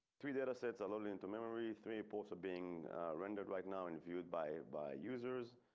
three datasets are lonely into memory three ports are being rendered right now in viewed by by users.